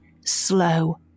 slow